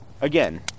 Again